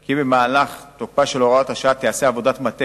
כי במהלך תוקפה של הוראת השעה תיעשה עבודת מטה